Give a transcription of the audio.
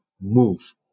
move